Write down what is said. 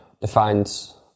defines